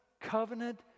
covenant